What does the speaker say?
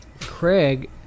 Craig